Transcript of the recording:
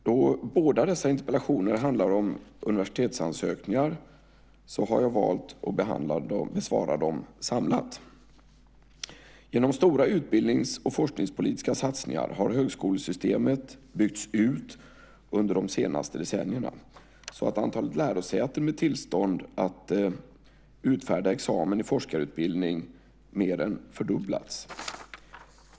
Då båda dessa interpellationer handlar om universitetsansökningar har jag valt att besvara dem samlat. Genom stora utbildnings och forskningspolitiska satsningar har högskolesystemet byggts ut under de senaste decennierna så att antalet lärosäten med tillstånd att utfärda examen i forskarutbildning mer än fördubblats.